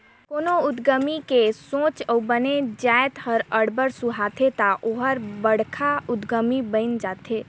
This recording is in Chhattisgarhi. कोनो उद्यमी के सोंच अउ बने जाएत हर अब्बड़ सुहाथे ता ओहर बड़खा उद्यमी बइन जाथे